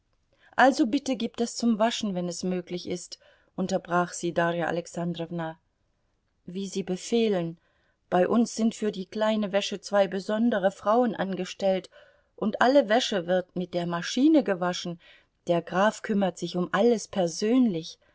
also bitte gib das zum waschen wenn es möglich ist unterbrach sie darja alexandrowna wie sie befehlen bei uns sind für die kleine wäsche zwei besondere frauen angestellt und alle wäsche wird mit der maschine gewaschen der graf kümmert sich um alles persönlich